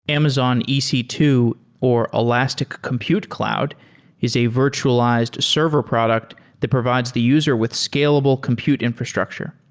amazon e c two or elastic compute cloud is a virtualized server product that provides the user with scalable compute infrastructure.